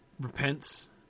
repents